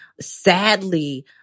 Sadly